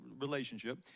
relationship